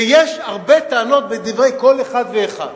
ויש הרבה טענות בדברי כל אחד ואחד,